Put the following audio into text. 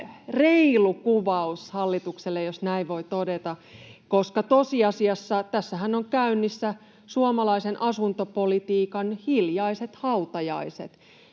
reilu kuvaus hallitukselle, jos näin voi todeta, koska tosiasiassa tässähän on käynnissä suomalaisen asuntopolitiikan hiljaiset hautajaiset.